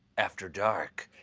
after dark.